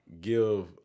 give